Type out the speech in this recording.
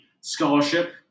scholarship